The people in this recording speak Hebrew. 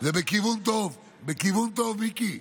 זה בכיוון טוב, בכיוון טוב, מיקי,